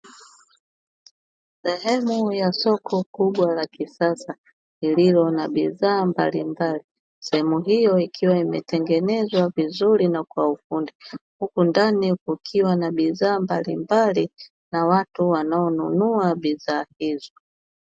Sehemu ya soko kubwa la kisasa lililo na bidhaa mbalimbali, sehemu hiyo ikiwa imetengenezwa vizuri na kwa ufundi; huku ndani kukiwa na bidhaa mbalimbali na watu wanaonunua bidhaa hizo.